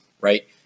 right